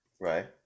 Right